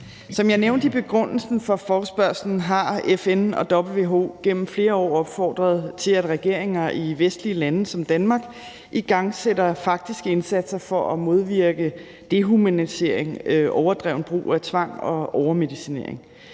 Som jeg nævnte i begrundelsen for forespørgslen, har FN og WHO gennem flere år opfordret til, at regeringer i vestlige lande som Danmark igangsætter faktiske indsatser for at modvirke dehumanisering, overdreven brug af tvang og overmedicinering.